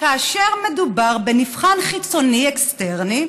"כאשר מדובר בנבחן חיצוני, אקסטרני,